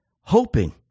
hoping